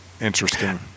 interesting